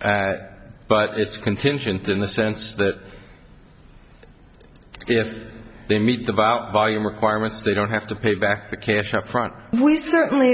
but it's contingent in the sense that if they meet the buyout volume requirements they don't have to pay back the cash upfront and we certainly